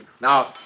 Now